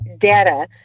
data